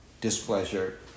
displeasure